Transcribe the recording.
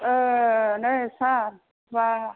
नै सार दा